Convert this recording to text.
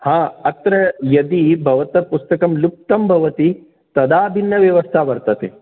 हाँ अत्र यदि भवतः पुस्तकं लुप्तं भवति तदा भिन्नव्यवस्था वर्तते